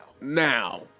Now